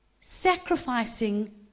sacrificing